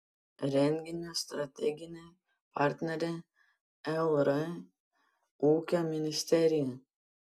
renginio strateginė partnerė lr ūkio ministerija